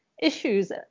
issues